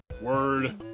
word